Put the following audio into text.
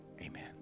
amen